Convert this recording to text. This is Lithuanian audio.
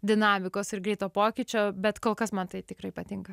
dinamikos ir greito pokyčio bet kol kas man tai tikrai patinka